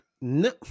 No